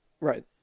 Right